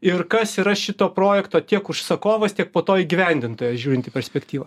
ir kas yra šito projekto tiek užsakovas tiek po to įgyvendintojas žiūrint į perspektyvą